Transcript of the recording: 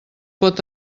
pot